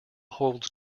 holds